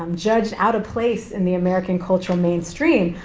um judged out of place in the american cultural mainstream,